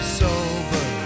sober